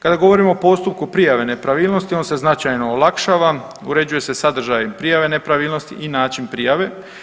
Kada govorimo o postupku prijave nepravilnosti on se značajno olakšava, uređuje se sadržaj prijave nepravilnosti i način prijave.